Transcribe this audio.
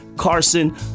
Carson